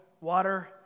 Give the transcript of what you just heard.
water